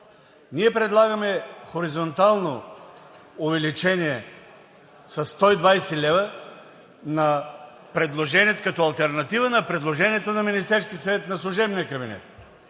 Ние предлагаме хоризонтално увеличение със 120 лв. на предложението като алтернатива на предложението на Министерския съвет – на служебния кабинет.